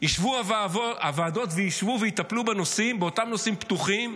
ישבו הוועדות ויטפלו באותם נושאים פתוחים,